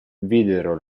videro